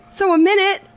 so, a minute!